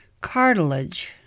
Cartilage